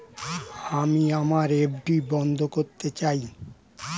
আমি আমার এফ.ডি বন্ধ করতে চাই